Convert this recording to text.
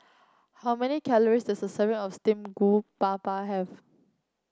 how many calories does a serving of steamed Groupapa have